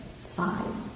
side